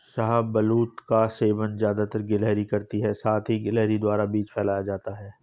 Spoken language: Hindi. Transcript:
शाहबलूत का सेवन ज़्यादातर गिलहरी करती है साथ ही गिलहरी द्वारा बीज फैलाया जाता है